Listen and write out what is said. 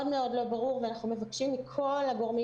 מאוד מאוד לא ברור ואנחנו מבקשים מכל הגורמים